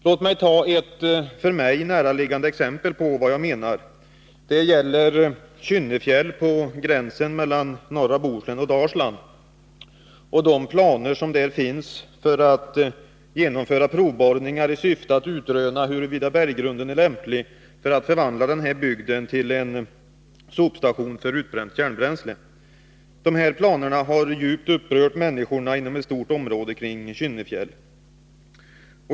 Låt mig ta ett för mig näraliggande exempel på vad jag menar. Det gäller Kynnefjäll på gränsen mellan norra Bohuslän och Dalsland och de planer som finns för att där genomföra provborrningar i syfte att utröna, huruvida berggrunden är lämplig för att förvandla denna bygd till en sopstation för utbränt kärnbränsle. Dessa planer har djupt upprört människorna inom ett stort område kring Kynnefjäll.